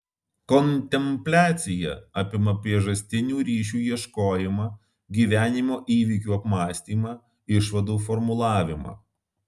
kontempliacija apima priežastinių ryšių ieškojimą gyvenimo įvykių apmąstymą išvadų formulavimą